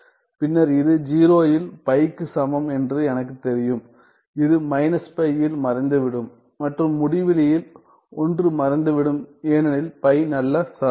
பின்னர் இது 0 இல் பை க்கு சமம் என்று எனக்குத் தெரியும் இது மைனஸ் பை இல் மறைந்துவிடும் மற்றும் முடிவிலியில் 1 மறைந்துவிடும் ஏனெனில் பை நல்ல சார்பு